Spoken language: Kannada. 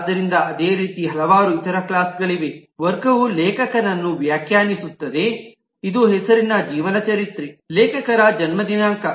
ಆದ್ದರಿಂದ ಅದೇ ರೀತಿ ಹಲವಾರು ಇತರ ಕ್ಲಾಸ್ಗಳಿವೆ ವರ್ಗವು ಲೇಖಕನನ್ನು ವ್ಯಾಖ್ಯಾನಿಸುತ್ತದೆ ಇದು ಹೆಸರಿನ ಜೀವನಚರಿತ್ರೆ ಲೇಖಕರ ಜನ್ಮ ದಿನಾಂಕ